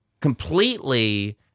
completely